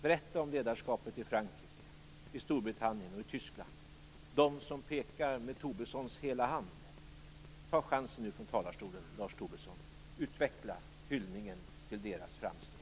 Berätta om ledarskapet i Frankrike, i Storbritannien och i Tyskland - de som pekar med Tobissons hela hand. Ta chansen nu från talarstolen, Lars Tobisson, att utveckla hyllningen till deras framsteg.